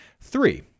Three